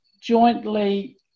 jointly